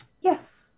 Yes